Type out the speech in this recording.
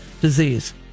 disease